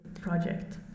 project